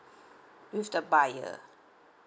with the buyer